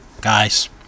Guys